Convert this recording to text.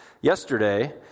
yesterday